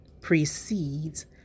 precedes